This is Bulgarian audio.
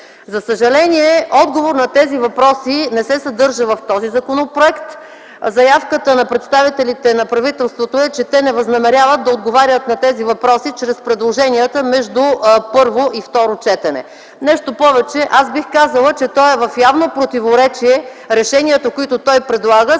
За съжаление отговор на тези въпроси не се съдържа в този законопроект. Заявката на представителите на правителството е, че те не възнамеряват да отговарят на тези въпроси чрез предложенията между първо и второ четене. Нещо повече, бих казала, че решенията, които той предлага,